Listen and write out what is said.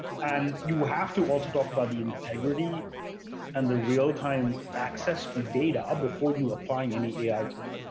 and you have to also talk about the integrity and the real-time access to data before you apply and any ai to it.